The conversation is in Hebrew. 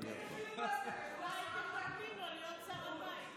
אולי הייתם נותנים לו להיות שר המים.